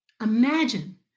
imagine